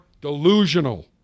delusional